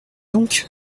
donc